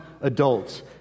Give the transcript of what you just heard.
adults